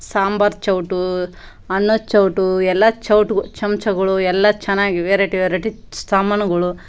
ಸಾಂಬಾರು ಸೌಟು ಅನ್ನದ ಸೌಟು ಎಲ್ಲ ಸೌಟು ಚಮ್ಚಗಳು ಎಲ್ಲ ಚೆನ್ನಾಗಿ ವೆರೈಟಿ ವೆರೈಟಿ ಸಾಮಾನುಗಳು